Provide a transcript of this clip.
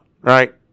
Right